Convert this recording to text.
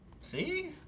See